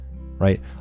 right